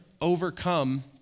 overcome